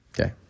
Okay